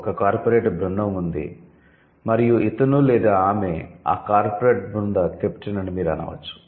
ఒక కార్పొరేట్ బృందం ఉంది మరియు ఇతను లేదా ఆమె ఆ కార్పొరేట్ బృంద కెప్టెన్ అని మీరు అనవచ్చు